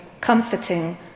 comforting